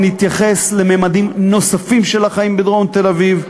נתייחס לממדים נוספים של החיים בדרום תל-אביב.